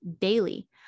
daily